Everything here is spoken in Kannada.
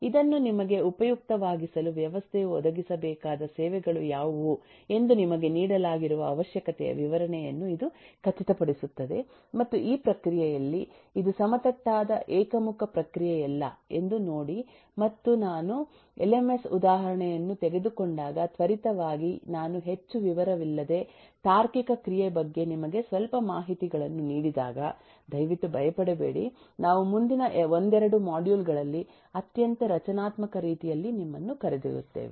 ಇದನ್ನು ನಿಮಗೆ ಉಪಯುಕ್ತವಾಗಿಸಲು ವ್ಯವಸ್ಥೆಯು ಒದಗಿಸಬೇಕಾದ ಸೇವೆಗಳು ಯಾವುವು ಎಂದು ನಿಮಗೆ ನೀಡಲಾಗಿರುವ ಅವಶ್ಯಕತೆಯ ವಿವರಣೆಯನ್ನು ಇದು ಖಚಿತಪಡಿಸುತ್ತದೆಮತ್ತು ಈ ಪ್ರಕ್ರಿಯೆಯಲ್ಲಿ ಇದು ಸಮತಟ್ಟಾದ ಏಕಮುಖ ಪ್ರಕ್ರಿಯೆಯಲ್ಲ ಎಂದು ನೋಡಿ ಮತ್ತು ನಾನು ಎಲ್ ಎಮ್ ಎಸ್ ಉದಾಹರಣೆಯನ್ನು ತೆಗೆದುಕೊಂಡಾಗ ತ್ವರಿತವಾಗಿ ನಾನು ಹೆಚ್ಚು ವಿವರವಿಲ್ಲದೆ ತಾರ್ಕಿಕ ಕ್ರಿಯೆ ಬಗ್ಗೆ ನಿಮಗೆ ಸ್ವಲ್ಪ ಮಾಹಿತಿಗಳನ್ನು ನೀಡಿದಾಗ ದಯವಿಟ್ಟು ಭಯಪಡಬೇಡಿ ನಾವು ಮುಂದಿನ ಒಂದೆರಡು ಮಾಡ್ಯೂಲ್ ಗಳಲ್ಲಿ ಅತ್ಯಂತ ರಚನಾತ್ಮಕ ರೀತಿಯಲ್ಲಿ ನಿಮ್ಮನ್ನು ಕರೆದೊಯ್ಯುತ್ತೇವೆ